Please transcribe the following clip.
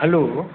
hello